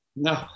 No